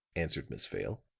answered miss vale.